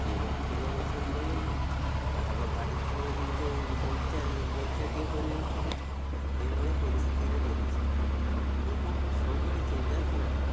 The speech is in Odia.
କିଏ ବା ଫୁଲ ଗଛ ଲଗାଇବ କାହାର ବାଡ଼ିଥିବ କିନ୍ତୁ ବଗିଚା ବଗିଚାଟିଏ କରିନଥିବେ ଏଇଭଳିଆ ପରିସ୍ଥିତିରେ ରହିଛି ଲୋକଙ୍କ ସବୁବେଳେ ଚିନ୍ତାଧାରା